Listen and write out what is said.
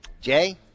Jay